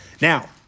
Now